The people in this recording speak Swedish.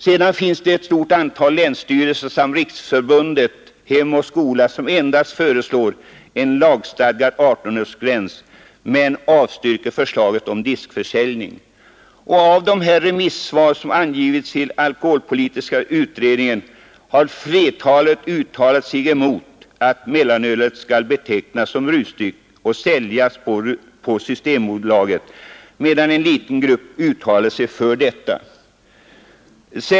Vidare föreslår ett stort antal länsstyrelser samt Riksförbundet Hem och skola endast en lagstadgad 18-årsgräns, men avstyrker förslaget om diskförsäljning. Av de remissinstanser som avgivit remissvar till alkoholpolitiska utredningen har alltså flertalet uttalat sig mot att mellanölet skall betecknas som rusdryck och säljas på systembolaget, medan en liten grupp uttalat sig för detta.